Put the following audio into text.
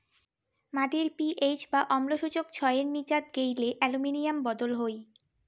মাটির পি.এইচ বা অম্ল সূচক ছয়ের নীচাত গেইলে অ্যালুমিনিয়াম বদল হই